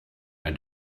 and